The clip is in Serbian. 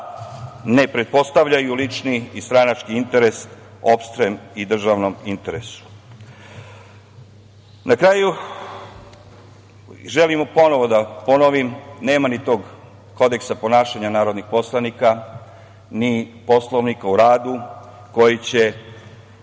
ne pretpostavljaju lični i stranački interes opštem i državnom interesu. Na kraju, želim ponovo da ponovim, nema ni tog Kodeksa ponašanja narodnih poslanika, ni Poslovnika o radu koji će